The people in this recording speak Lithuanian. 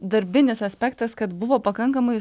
darbinis aspektas kad buvo pakankamai